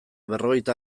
berrogeita